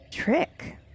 Trick